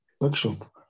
workshop